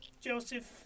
Joseph